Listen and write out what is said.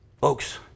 Folks